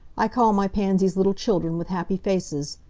i call my pansies little children with happy faces.